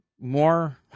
more